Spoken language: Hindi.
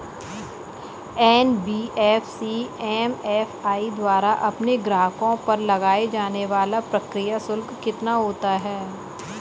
एन.बी.एफ.सी एम.एफ.आई द्वारा अपने ग्राहकों पर लगाए जाने वाला प्रक्रिया शुल्क कितना होता है?